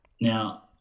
Now